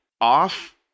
off